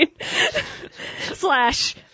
Slash